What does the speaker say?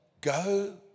go